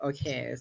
Okay